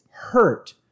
hurt